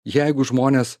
jeigu žmones